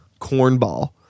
cornball